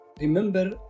Remember